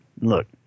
Look